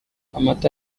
amata